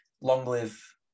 long-live